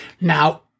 Now